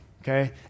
okay